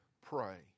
pray